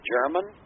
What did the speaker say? German